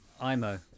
IMO